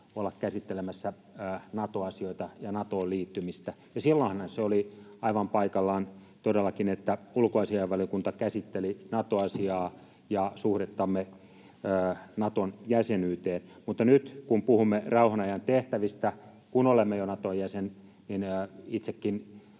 olla käsittelemässä Nato-asioita ja Natoon liittymistä. Silloinhan se oli aivan paikallaan todellakin, että ulkoasiainvaliokunta käsitteli Nato-asiaa ja suhdettamme Naton jäsenyyteen, mutta nyt, kun puhumme rauhanajan tehtävistä, kun olemme jo Naton jäsen, itsekin